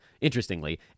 interestingly